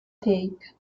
take